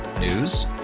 News